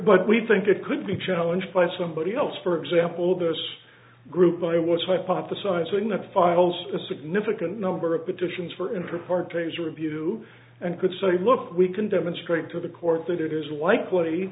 but we think it could be challenged by somebody else for example this group i was hypothesizing that files a significant number of petitions for and for hard things review and could say look we can demonstrate to the court that it is like